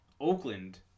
Oakland